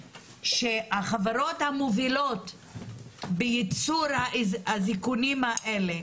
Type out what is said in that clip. שהחברות המובילות בייצור האזיקונים האלה